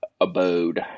abode